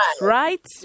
Right